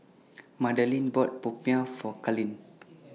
Madalynn bought Popiah For Carlyn